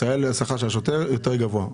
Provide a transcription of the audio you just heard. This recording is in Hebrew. בישראל השכר של השוטר יותר גבוה.